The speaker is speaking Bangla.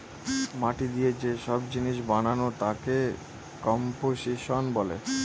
মাটি দিয়ে যে সব জিনিস বানানো তাকে কম্পোসিশন বলে